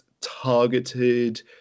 Targeted